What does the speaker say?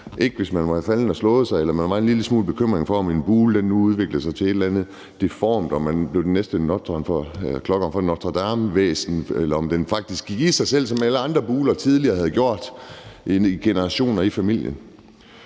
ikke hvis man var faldet og havde slået sig, eller man var en lille smule bekymret for, om en bule nu udviklede sig til et eller andet deformt, og man blev det næste »Klokkeren fra Notre Dame«-væsen, eller om den faktisk gik i sig selv, som alle andre buler tidligere havde gjort i generationer i familien.